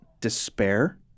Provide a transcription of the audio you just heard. despair